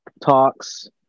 talks